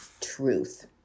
truth